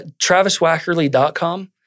TravisWackerly.com